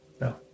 no